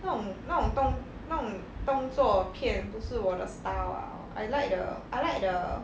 那种那种动那种动作片不是我的 style ah I like the I like the